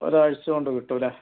ഒരാഴ്ച കൊണ്ട് കിട്ടും അല്ലെ